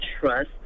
trust